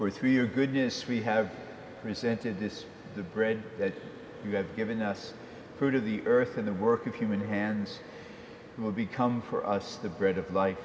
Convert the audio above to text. or through your goodness we have presented this the bread that you have given us to the earth in the work of human hands will become for us the bread of life